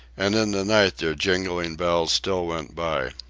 and in the night their jingling bells still went by.